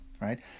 right